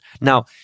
Now